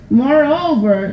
moreover